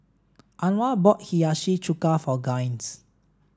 Anwar bought Hiyashi chuka for Gaines